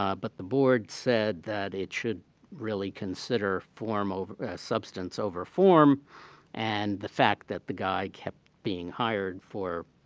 ah but the board said that it should really consider form of substance over form and the fact that the guy kept being hired for,